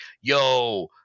yo –